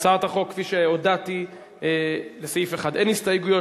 להצעת החוק, כפי שהודעתי, לסעיף 1 אין הסתייגויות.